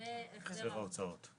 והחזר ההוצאות.